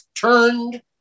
turned